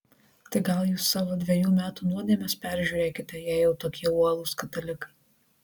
tai gal jūs savo dvejų metų nuodėmes peržiūrėkite jei jau tokie uolūs katalikai